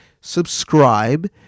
subscribe